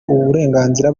uburenganzira